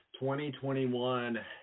2021